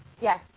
Yes